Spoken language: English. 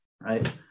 right